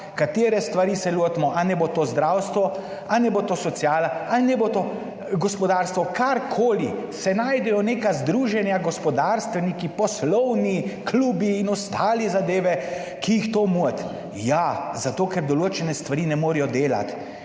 katere stvari se lotimo, ali naj bo to zdravstvo ali naj bo to sociala ali naj bo to gospodarstvo, karkoli, se najdejo neka združenja, gospodarstveniki, poslovni klubi in ostale zadeve, ki jih to moti. Ja, zato ker določene stvari ne morejo delati